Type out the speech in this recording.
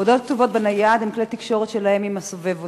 הודעות כתובות בנייד הן כלי התקשורת שלהם עם הסובב אותם.